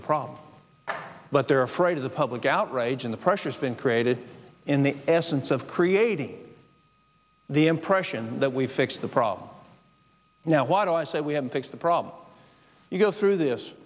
the problem but they're afraid of the public outrage in the pressures been created in the absence of creating the impression that we fix the problem now why do i say we have to fix the problem you go through this